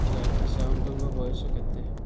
ରାକ୍ଷୀ ସାୱନ୍ତଙ୍କ ବୟସ କେତେ